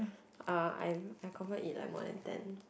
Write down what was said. uh I I confirm eat like more than ten